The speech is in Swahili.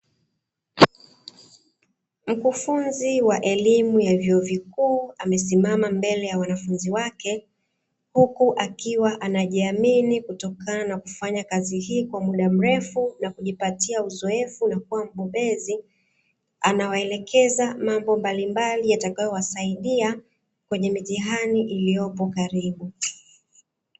Mkufunzi wa elimu ya vyuo vikuu amesimama mbele ya wanafunzi wake huku akiwa anajiamini kutokana na kufanya kazi hii kwa muda mrefu na kujipatia uzoefu na kuwa mbobezi, anawaelekeza mambo mbalimbali yatakayowasaidia kwenye mitihani iliyopo karibu.